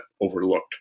overlooked